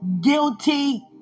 guilty